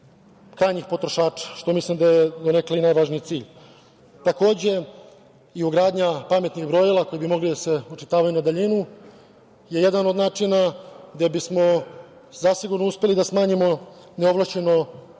krajnjih potrošača, što mislim da je donekle i najvažniji cilj. Takođe, i ugradnja pametnih brojila koja bi mogla da se očitavaju na daljinu je jedan od načina gde bi smo zasigurno uspeli da smanjimo neovlašćen